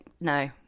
no